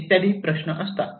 इत्यादी प्रश्न असतात